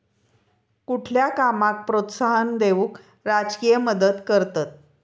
कुठल्या कामाक प्रोत्साहन देऊक राजकीय मदत करतत